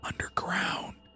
underground